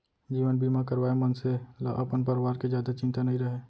जीवन बीमा करवाए मनसे ल अपन परवार के जादा चिंता नइ रहय